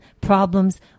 problems